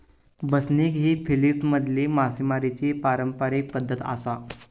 बसनिग ही फिलीपिन्समधली मासेमारीची पारंपारिक पद्धत आसा